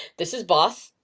this is boss.